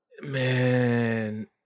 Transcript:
man